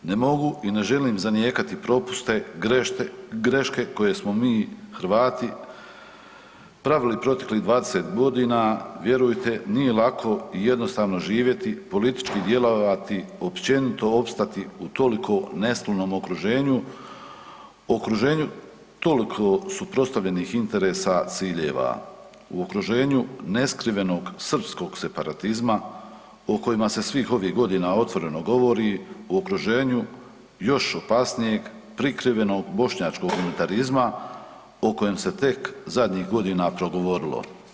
Ne mogu i ne želim zanijekati propuste, greške koje smo mi Hrvati pravili proteklih 20 godina, vjerujte nije lako i jednostavno živjeti politički djelovati općenito opstati u toliko … okruženju, okruženju toliko suprotstavljenih interesa ciljeva u okruženju neskrivenog srpskog separatizma o kojima se svih ovih godina otvoreno govori, o okruženju još opasnijeg prikrivenog bošnjačkog unitarizma o kojem se tek zadnjih godina progovorilo.